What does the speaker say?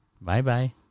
Bye-bye